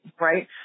right